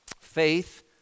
Faith